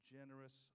generous